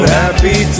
happy